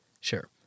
Sure